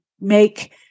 make